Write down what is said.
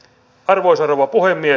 arvoisa rouva puhemies